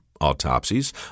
autopsies